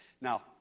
Now